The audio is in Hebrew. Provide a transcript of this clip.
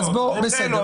בסדר.